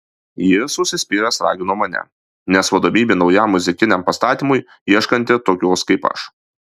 jis užsispyręs ragino mane nes vadovybė naujam muzikiniam pastatymui ieškanti tokios kaip aš